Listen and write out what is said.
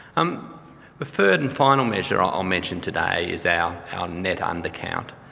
um the third and final measure i will mention today is our our net undercount.